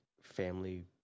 family